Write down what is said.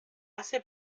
hace